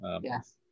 Yes